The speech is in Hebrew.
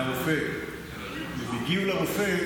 worst case scenario,